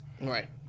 Right